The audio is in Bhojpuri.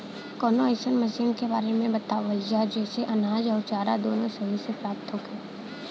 कवनो अइसन मशीन के बारे में बतावल जा जेसे अनाज अउर चारा दोनों सही तरह से प्राप्त होखे?